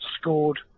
scored